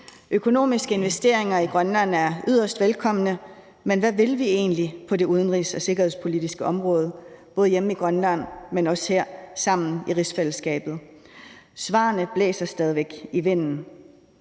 Økonomiske investeringer i Grønland er yderst velkomne, men hvad vil vi egentlig på det udenrigs- og sikkerhedspolitiske område både hjemme i Grønland, men også her i rigsfællesskabet? Svarene blæser stadig væk i vinden.